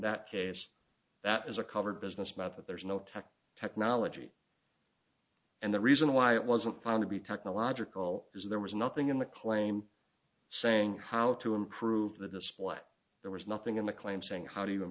that case that is a covered business matter that there is no tech technology and the reason why it wasn't found to be technological is there was nothing in the claim saying how to improve the display there was nothing in the claim saying how do